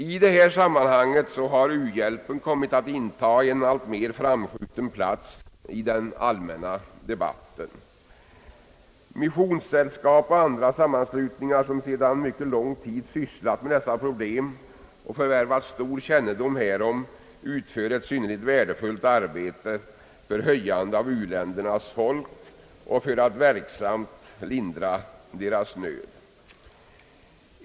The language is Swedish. I detta sammanhang har u-hjälpen kommit att inta en alltmer framskjuten plats i den allmänna debatten. Missionssällskap och andra sammanslutningar, som sedan mycket lång tid sysslat med dessa problem och förvärvat stor kännedom härom, utför ett synnerligen värdefullt arbete för höjande av standarden i u-länderna och för att verksamt lindra människornas nöd.